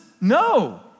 No